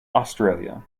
australia